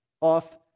off